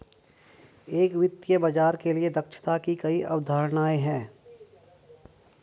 एक वित्तीय बाजार के लिए दक्षता की कई अवधारणाएं हैं